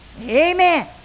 Amen